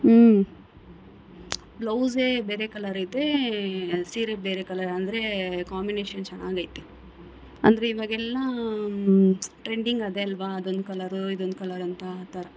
ಹ್ಞೂ ಬ್ಲೌಸೇ ಬೇರೆ ಕಲರ್ ಐತೇ ಸೀರೆ ಬೇರೆ ಕಲರ್ ಅಂದರೆ ಕಾಂಬಿನೇಶನ್ ಚೆನ್ನಾಗೈತೆ ಅಂದರೆ ಇವಾಗೆಲ್ಲಾ ಟ್ರೆಂಡಿಂಗ್ ಅದೇ ಅಲ್ವಾ ಅದೊಂದು ಕಲರು ಇದೊಂದು ಕಲರ್ ಅಂತ ಆ ಥರ